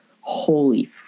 holy